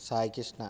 Saikrishna